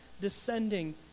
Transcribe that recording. descending